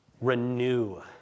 renew